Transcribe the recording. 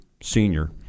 senior—